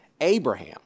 Abraham